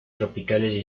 tropicales